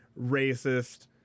racist